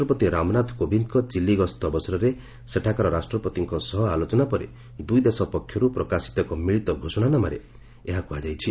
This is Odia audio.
ରାଷ୍ଟ୍ରପତି ରାମନାଥ କୋବିନ୍ଦ୍କ ଚିଲି ଗସ୍ତ ଅବସରରେ ସେଠାକାର ରାଷ୍ଟ୍ରପତିଙ୍କ ସହ ଆଲୋଚନା ପରେ ଦୂଇ ଦେଶ ପକ୍ଷର୍ ପ୍ରକାଶିତ ଏକ ମିଳିତ ଘୋଷଣାନାମାରେ ଏହା କୁହାଯାଇଛି